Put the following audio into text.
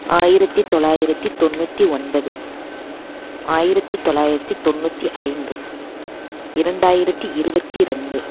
ஆயிரத்து தொள்ளாயிரத்தி தொண்ணூற்றி ஒன்பது ஆயிரத்து தொள்ளாயிரத்தி தொண்ணூற்றி ஐந்து இரண்டாயிரத்து இருபத்தி ரெண்டு